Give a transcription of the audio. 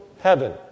heaven